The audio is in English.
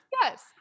Yes